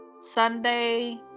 Sunday